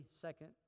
second